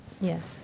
Yes